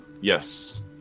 Yes